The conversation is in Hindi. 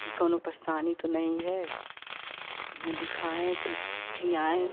कि कोनो परेशानी तो नहीं है उन्हें दिखाएँ फिर खियाएं